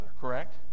Correct